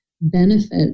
benefit